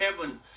heaven